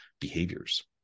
behaviors